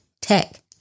tech